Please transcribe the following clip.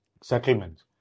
settlements